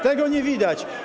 Tego nie widać.